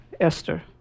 Esther